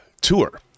tour